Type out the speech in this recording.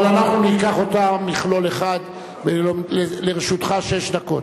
אבל אנחנו ניקח אותן מכלול אחד ולרשותך שש דקות.